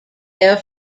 air